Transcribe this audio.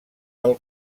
del